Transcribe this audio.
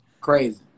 Crazy